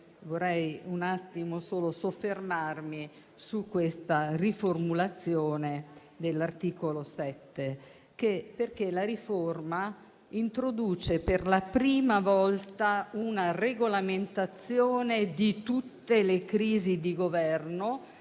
vorrei soffermarmi su questa riformulazione dell'articolo 7, perché la riforma introduce per la prima volta una regolamentazione di tutte le crisi di Governo,